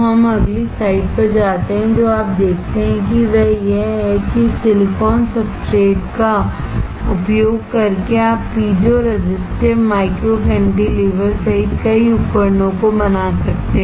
तो हम अगली स्लाइड पर जाते हैं और जो आप देखते हैं वह यह है कि इस सिलिकॉन सब्सट्रेट का उपयोग करके आप पीजों रेजिस्टिव माइक्रो कैंटीलेवर सहित कई उपकरणों को बना सकते हैं